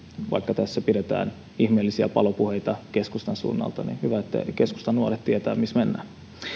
vaikka tässä pidetään ihmeellisiä palopuheita keskustan suunnalta on hyvä että keskustanuoret tietävät missä mennään